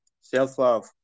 self-love